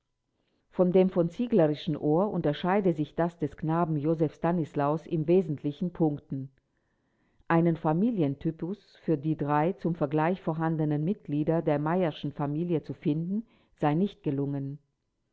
von dem v zieglerschen ohr unterscheide sich das des knaben joseph stanislaus in wesentlichen punkten einen familientypus für die drei zum vergleich vorhandenen mitglieder der meyerschen familie zu finden sei nicht gelungen